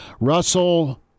Russell